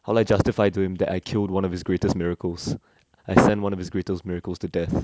how will I justify to him that I killed one of his greatest miracles I sent one of his greatest miracles to death